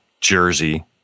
Jersey